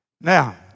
Now